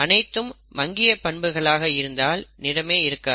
அனைத்தும் மங்கிய பண்புகளாக இருந்தால் நிறமே இருக்காது